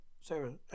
Sarah